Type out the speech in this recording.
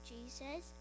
Jesus